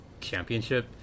championship